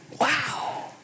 Wow